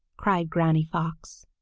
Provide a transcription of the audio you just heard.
cried granny fox,